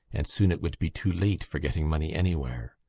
and soon it would be too late for getting money anywhere.